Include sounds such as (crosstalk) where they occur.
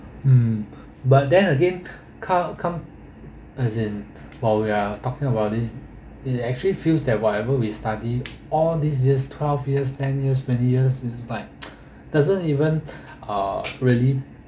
mm but then again come come as in while we're talking about this is it actually feels that whatever we study (noise) all these years twelve years ten years twenty years inside (noise) doesn't even uh really